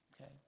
Okay